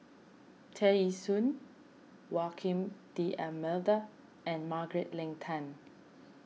Tear Ee Soon Joaquim D'Almeida and Margaret Leng Tan